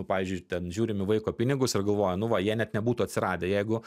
pavyzdžiui ten žiūrim į vaiko pinigus ir galvoju nu va jie net nebūtų atsiradę jeigu